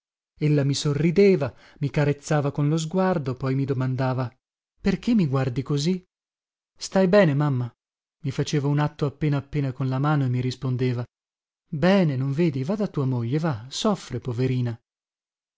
pianto ella mi sorrideva mi carezzava con lo sguardo poi mi domandava perché mi guardi così stai bene mamma i faceva un atto appena appena con la mano e mi rispondeva bene non vedi va da tua moglie va soffre poverina